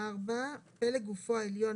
(4)פלג גופו העליון,